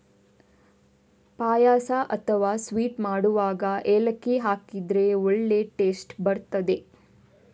ಪಾಯಸ ಅಥವಾ ಸ್ವೀಟ್ ಮಾಡುವಾಗ ಏಲಕ್ಕಿ ಹಾಕಿದ್ರೆ ಒಳ್ಳೇ ಟೇಸ್ಟ್ ಬರ್ತದೆ